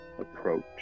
approach